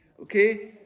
okay